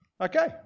Okay